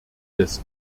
des